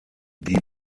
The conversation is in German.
die